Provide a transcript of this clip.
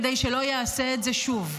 כדי שלא יעשה את זה שוב.